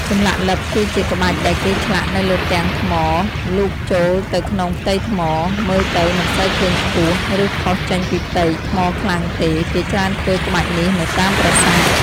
ចម្លាក់លិបគឺជាក្បាច់ដែលគេឆ្លាក់នៅលើផ្ទាំងថ្មលូកចូលទៅក្នុងផ្ទៃថ្ម មើលទៅមិនសូវឃើញខ្ពស់ ឬផុសចេញពីផ្ទៃថ្មខ្លាំងទេគេច្រើនធ្វើក្បាច់នេះនៅតាមប្រាសាទ។